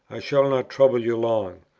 i shall not trouble you long.